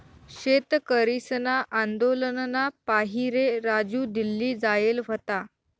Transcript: शेतकरीसना आंदोलनना पाहिरे राजू दिल्ली जायेल व्हता